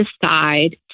decide